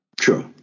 True